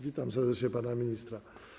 Witam serdecznie pana ministra.